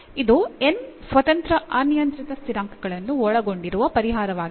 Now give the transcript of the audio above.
ಇದು n ಸ್ವತಂತ್ರ ಅನಿಯಂತ್ರಿತ ಸ್ಥಿರಾಂಕಗಳನ್ನು ಒಳಗೊಂಡಿರುವ ಪರಿಹಾರವಾಗಿದೆ